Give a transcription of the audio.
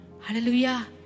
Hallelujah